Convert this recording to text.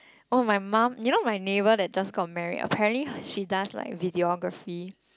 oh my mom you know my neighbor that just got married apparently she does like Videography